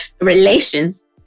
Relations